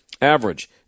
average